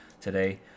today